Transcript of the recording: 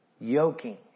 yoking